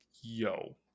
yo